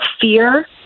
fear